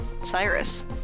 Cyrus